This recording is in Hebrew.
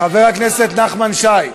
חבר הכנסת נחמן שי.